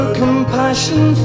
compassion